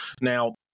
now